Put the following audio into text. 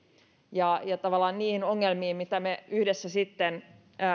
ja ja tavallaan niihin ongelmiin mitä me yhdessä sitten